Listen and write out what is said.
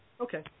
Okay